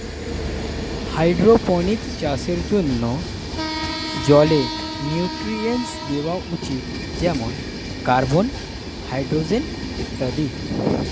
hydroponics চাষের জন্যে জলে নিউট্রিয়েন্টস দেওয়া উচিত যেমন কার্বন, হাইড্রোজেন ইত্যাদি